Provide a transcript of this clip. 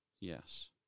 yes